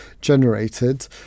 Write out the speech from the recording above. generated